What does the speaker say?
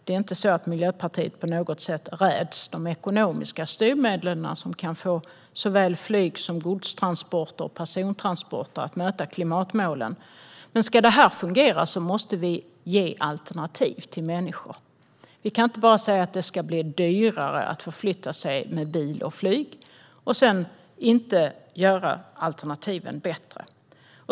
Det är inte så att Miljöpartiet på något sätt räds de ekonomiska styrmedel som kan få såväl flyg som gods och persontransporter att möta klimatmålen. Men ska det här fungera måste vi ge alternativ till människor. Vi kan inte bara säga att det ska bli dyrare att förflytta sig med bil och flyg och sedan inte göra alternativen bättre.